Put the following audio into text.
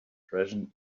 treason